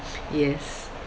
yes